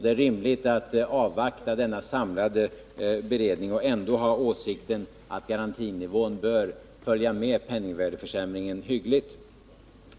Det är rimligt att avvakta denna samlade beredning men ändå ha åsikten att garantinivån bör följa penningvärdeförsämringen hyggligt.